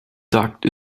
duct